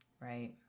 right